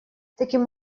таким